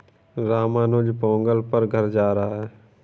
रामानुज पोंगल पर घर जा रहा है